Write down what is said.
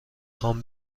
خوام